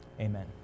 Amen